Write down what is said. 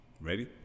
Ready